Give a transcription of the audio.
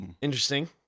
interesting